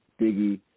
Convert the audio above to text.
Biggie